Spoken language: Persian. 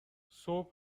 صبح